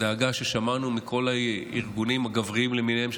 הדאגה ששמענו מכל הארגונים הגבריים למיניהם,